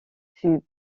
fut